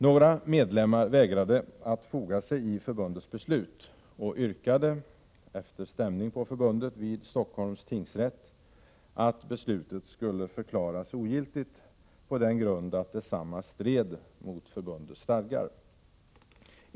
Några medlemmar vägrade att foga sig i förbundets beslut och yrkade — efter stämning av förbundet vid Stockholms tingsrätt — att beslutet skulle förklaras ogiltigt på den grund att detsamma stred mot förbundets stadgar.